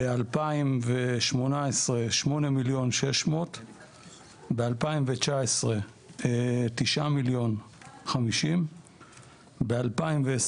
ב-2018 8,600,000. ב-2019 9,050,000. ב-2020